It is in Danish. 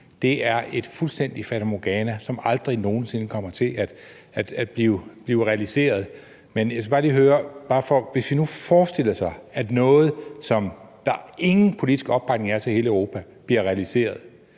EU er et fuldstændigt fatamorgana, som aldrig nogen sinde kommer til at blive realiseret. Men jeg skal bare lige høre: Hvis vi nu forestillede os, at noget, som der ingen politisk opbakning er til i hele Europa, bliver realiseret,